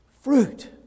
fruit